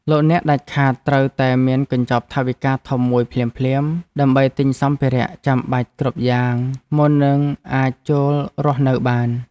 លោកអ្នកដាច់ខាតត្រូវតែមានកញ្ចប់ថវិកាធំមួយភ្លាមៗដើម្បីទិញសម្ភារៈចាំបាច់គ្រប់យ៉ាងមុននឹងអាចចូលរស់នៅបាន។